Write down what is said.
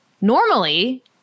normally